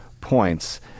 points